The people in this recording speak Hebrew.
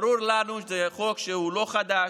ברור לנו שזה חוק שהוא לא חדש,